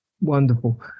Wonderful